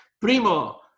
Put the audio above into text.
Primo